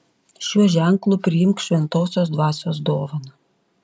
šiuo ženklu priimk šventosios dvasios dovaną